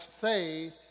faith